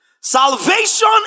Salvation